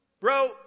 Bro